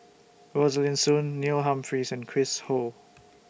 Rosaline Soon Neil Humphreys and Chris Ho